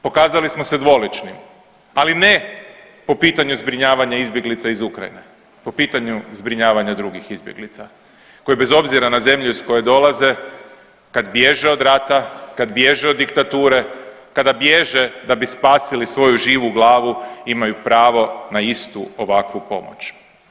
Pokazali smo se dvoličnim, ali ne po pitanju zbrinjavanja izbjeglica iz Ukrajine, po pitanju zbrinjavanja drugih izbjeglica koje bez obzira na zemlju iz koje dolaze, kad bježe od rata, kad bježe od diktature, kada bježe da bi spasili svoju živu glavu imaju pravo na istu ovakvu pomoć.